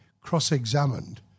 cross-examined